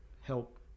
help